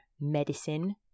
medicine